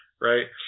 right